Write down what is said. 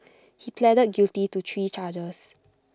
he pleaded guilty to three charges